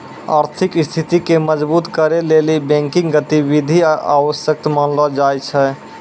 आर्थिक स्थिति के मजबुत करै लेली बैंकिंग गतिविधि आवश्यक मानलो जाय छै